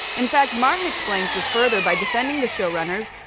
in fact, martin explains this further by defending the showrunners.